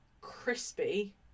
crispy